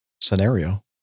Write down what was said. scenario